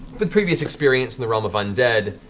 but previous experience in the realm of undead,